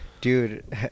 Dude